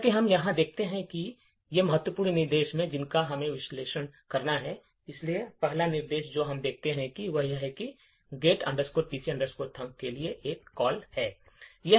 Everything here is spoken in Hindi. जैसा कि हम यहाँ देखते हैं कि ये महत्वपूर्ण निर्देश हैं जिनका हमें विश्लेषण करना है इसलिए पहला निर्देश जो हम देखते हैं वह यह है कि इस get pc thunk के लिए एक कॉल है